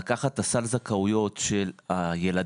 לקחת את סל הזכאויות של הילדים,